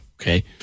okay